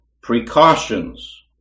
precautions